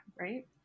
right